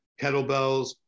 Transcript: kettlebells